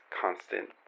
constant